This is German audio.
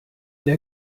der